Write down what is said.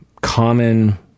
common